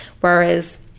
Whereas